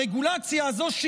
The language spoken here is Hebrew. הרגולציה הזאת,